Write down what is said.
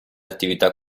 attività